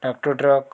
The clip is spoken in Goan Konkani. धाकटो ट्रक